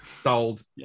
Sold